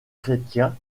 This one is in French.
chrétiens